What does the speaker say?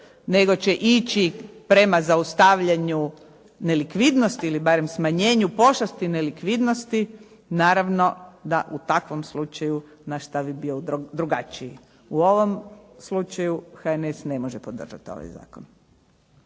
nego će ići prema zaustavljanju nelikvidnosti ili barem smanjenju pošasti nelikvidnosti, naravno da u takvom slučaj naš stav bi bio drugačiji. U ovom slučaju HNS ne može podržati ovaj zakon.